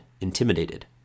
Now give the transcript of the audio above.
intimidated